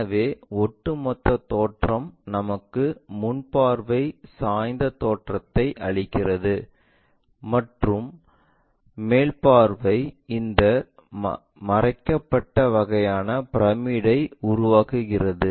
எனவே ஒட்டுமொத்த தோற்றம் நமக்கு முன் பார்வை சாய்ந்த தோற்றத்தை அளிக்கிறது மற்றும் மேல் பார்வை இந்த மறைக்கப்பட்ட வகையான பிரமிட்டை உருவாக்குகிறது